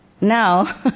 now